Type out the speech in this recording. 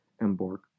embark